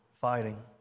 fighting